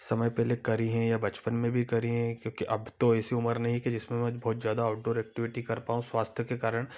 समय पहले करी हैं या बचपन में भी करी हैं क्योंकि अब तो ऐसी उमर नहीं कि जिसमें मैं बहुत ज़्यादा ऑउटडोर एक्टिविटी कर पाऊँ स्वास्थ्य के कारण